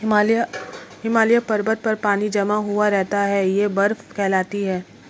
हिमालय पर्वत पर पानी जमा हुआ रहता है यह बर्फ कहलाती है